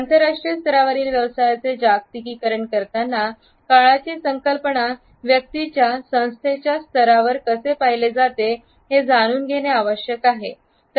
आंतरराष्ट्रीय स्तरावरील व्यवसायाचे जागतिकीकरण करताना काळाची संकल्पना व्यक्तीच्या संस्थेच्या स्तरावर कसे पाहिले जाते हे जाणून घेणे आवश्यक आहे